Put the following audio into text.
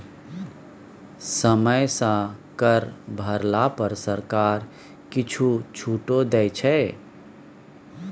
समय सँ कर भरला पर सरकार किछु छूटो दै छै